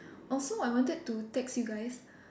also I wanted to text you guys